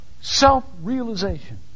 self-realization